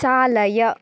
चालय